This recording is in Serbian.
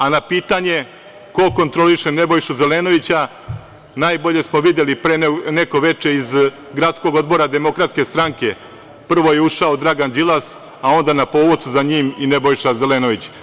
A na pitanje ko kontroliše Nebojšu Zelenovića najbolje smo videli pre neko veče iz gradskog odbora DS, prvo je ušao Dragan Đilas, a onda na povocu za njim i Nebojša Zelenović.